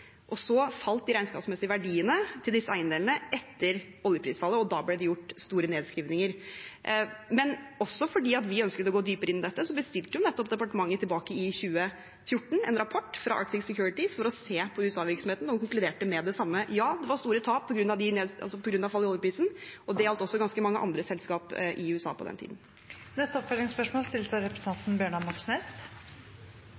Så falt de regnskapsmessige verdiene til disse eiendelene etter oljeprisfallet, og da ble det gjort store nedskrivninger. Men også fordi vi ønsket å gå dypere inn i dette, bestilte departementet tilbake i 2014 en rapport fra Arctic Securities for å se på USA-virksomheten, og den konkluderte med det samme: Ja, det var store tap på grunn av fallet i oljeprisen, og det gjaldt også ganske mange andre selskaper i USA på den tiden. Bjørnar Moxnes – til oppfølgingsspørsmål. Arve Johnsen var grunnleggeren av